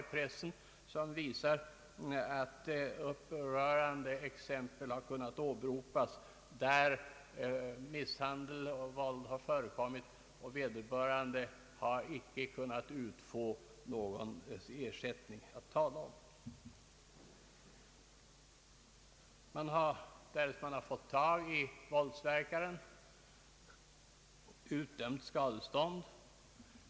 I dessa ges upprörande exempel på fall där misshandel och våld har förekommit och vederbörande icke har kunnat utfå någon ersättning att tala om. Man har kunnat få tag i våldsverkaren och utdömt skadestånd.